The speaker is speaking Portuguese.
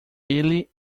ele